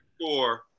four